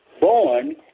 born